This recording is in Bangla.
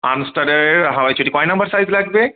আর্মস্টারের হাওয়াই চটি কয় নাম্বার সাইজ লাগবে